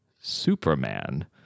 Superman